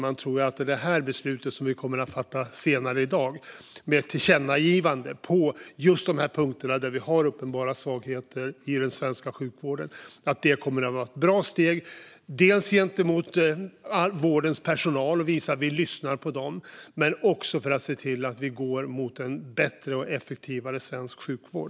Jag tror att det beslut vi ska fatta senare i dag om ett tillkännagivande på dessa punkter där det finns uppenbara svagheter i den svenska sjukvården kommer att vara ett bra steg. Det gäller dels gentemot vårdens personal, att vi lyssnar på dem, dels för att gå mot en bättre och effektivare svensk sjukvård.